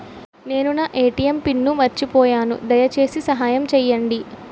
నేను నా ATM pin మర్చిపోయాను, దయచేసి సహాయం చేయండి